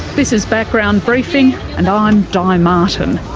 this is background briefing and i'm di martin.